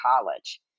college